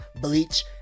Bleach